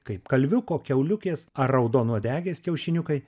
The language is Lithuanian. kaip kalviuko kiauliukės ar raudonuodegės kiaušiniukai